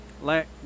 let